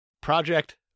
Project